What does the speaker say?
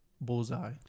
Bullseye